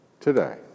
today